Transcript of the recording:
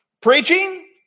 preaching